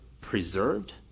preserved